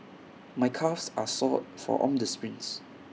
my calves are sore from all the sprints